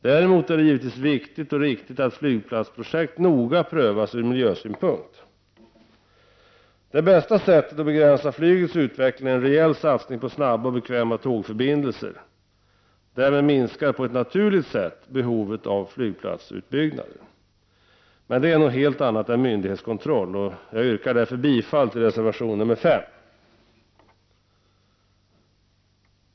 Däremot är det givetvis viktigt och riktigt att flygplatsprojekt noga prövas ur miljösynpunkt. Det bästa sättet att begränsa flygets utveckling är en rejäl satsning på snabba och bekväma tågförbindelser. Därmed minskar på ett naturligt sätt behovet av flygplatsutbyggnader. Men det är något helt annat än myndighetskontroll. Jag yrkar därför bifall till reservation nr 5.